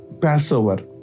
Passover